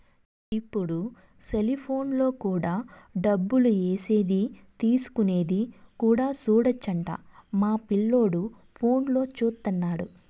ఇప్పుడు సెలిపోనులో కూడా డబ్బులు ఏసేది తీసుకునేది కూడా సూడొచ్చు అంట మా పిల్లోడు ఫోనులో చూత్తన్నాడు